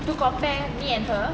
to compare me and her